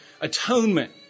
atonement